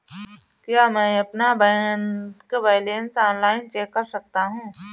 क्या मैं अपना बैंक बैलेंस ऑनलाइन चेक कर सकता हूँ?